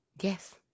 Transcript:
Yes